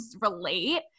relate